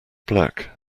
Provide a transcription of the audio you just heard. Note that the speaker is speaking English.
black